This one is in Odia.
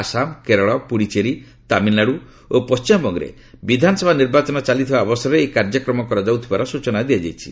ଆସାମ କେରଳ ପୁଡୁଚେରୀ ତାମିଲନାଡୁ ଓ ପଶ୍ଚିମବଙ୍ଗରେ ବିଧାନସଭା ନିର୍ବାଚନ ଚାଲିଥିବା ଅବସରରେ ଏହି କାର୍ଯ୍ୟକ୍ରମ କରାଯାଉଥିବାର ସୂଚନା ଦିଆଯାଇଛି